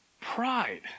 pride